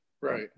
right